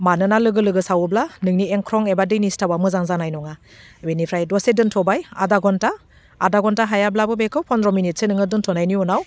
मानोना लोगो लोगो सावोब्ला नोंनि एंख्रं एबा दैनि सिथावा मोजां जानाय नङा बेनिफ्राय दसे दोन्थ'बाय आदा घन्टा आदा घन्टा हायाब्लाबो बेखौ फनद्र मिनिटसो नोङो दोन्थ'नायनि उनाव